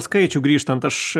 skaičių grįžtant aš